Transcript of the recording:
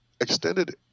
extended